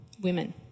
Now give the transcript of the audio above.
women